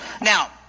Now